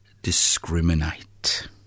discriminate